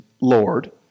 Lord